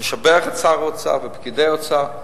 משבח את שר האוצר ופקידי האוצר.